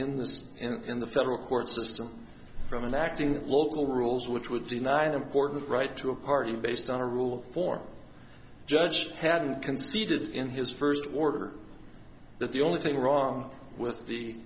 in this in the federal court system from acting local rules which would deny the important right to a party based on a rule for judge hadn't conceded in his first order that the only thing wrong with the